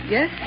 Yes